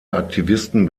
aktivisten